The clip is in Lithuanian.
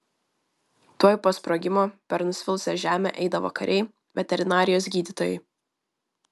tuoj po sprogimo per nusvilusią žemę eidavo kariai veterinarijos gydytojai